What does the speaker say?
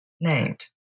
named